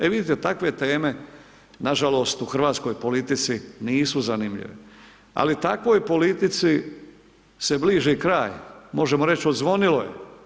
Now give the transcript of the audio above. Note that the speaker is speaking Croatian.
E vidite takve teme nažalost u hrvatskoj politici nisu zanimljive, ali takvoj politici se bliži kraj, možemo reći odzvonilo je.